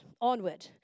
onward